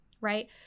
right